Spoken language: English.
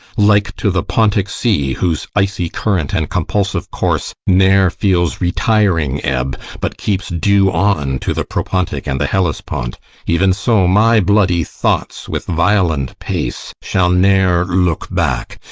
like to the pontic sea, whose icy current and compulsive course ne'er feels retiring ebb, but keeps due on to the propontic and the hellespont even so my bloody thoughts, with violent pace, shall ne'er look back,